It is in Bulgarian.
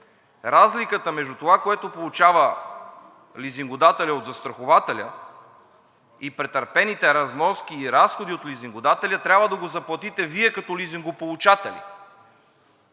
разликата между това, което получава лизингодателят от застрахователя, и претърпените разноски и разходи от лизингодателя трябва да го заплатите Вие като лизингополучатели?